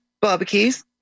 barbecues